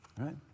right